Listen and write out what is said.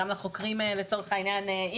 גם לחוקרים לצורך העניין,